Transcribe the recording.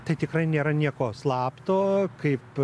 tai tikrai nėra nieko slapto kaip